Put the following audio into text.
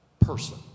person